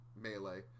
melee